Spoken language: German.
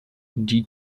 die